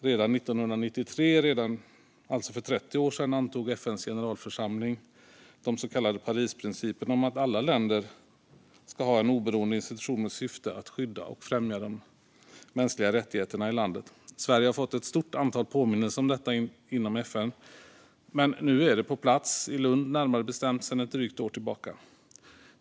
Redan 1993, alltså för 30 år sedan, antog FN:s generalförsamling de så kallade Parisprinciperna om att alla länder ska ha en oberoende institution med syfte att skydda och främja de mänskliga rättigheterna i landet. Sverige har fått ett stort antal påminnelser om detta inom FN. Men nu är det på plats, i Lund närmare bestämt, sedan ett drygt år tillbaka.